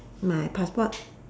my passport